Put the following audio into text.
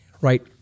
right